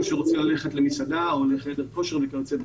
שרוצה ללכת למסעדה או לחדר כושר וכיוצא באלה.